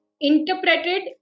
interpreted